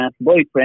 boyfriend